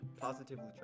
positively